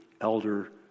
elder